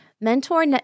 Mentor